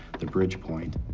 the bridge point.